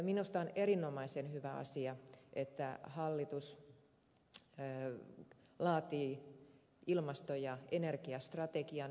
minusta on erinomaisen hyvä asia että hallitus laatii ilmasto ja energiastrategian ed